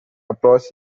approach